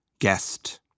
guest